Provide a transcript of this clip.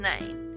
name